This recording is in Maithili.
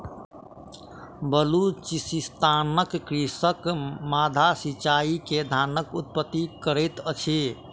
बलुचिस्तानक कृषक माद्दा सिचाई से धानक उत्पत्ति करैत अछि